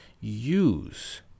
use